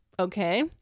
Okay